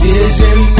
Vision